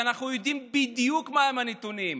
ואנחנו יודעים בדיוק מהם הנתונים,